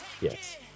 Yes